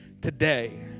today